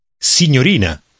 Signorina